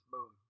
Boom